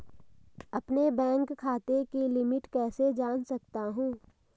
अपने बैंक खाते की लिमिट कैसे जान सकता हूं?